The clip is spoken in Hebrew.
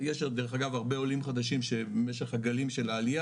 יש דרך אגב הרבה עולים חדשים שבמשך הגלים של העליה